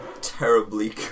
terribly